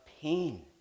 pain